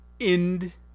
end